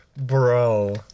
Bro